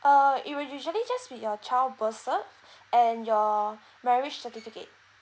err it will usually just with your child birth cert and your marriage certificate